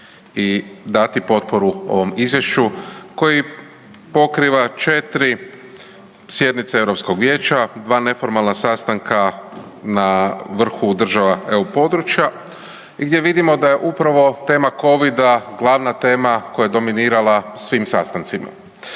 i dati potporu ovom izvješću koji pokriva 4 sjednice europskog vijeća, 2 neformalna sastanka na vrhu država EU područja i gdje vidimo da je upravo tema covida glavna tema koja je dominirala svim sastancima.